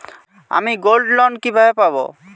আমি গোল্ডলোন কিভাবে পাব?